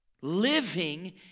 Living